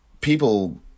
people